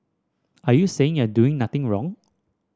are you saying you're doing nothing wrong